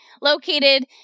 located